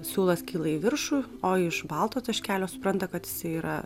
siūlas kyla į viršų o iš balto taškelio supranta kad jisai yra